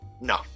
No